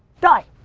die.